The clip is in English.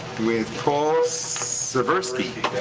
with paul ceverski.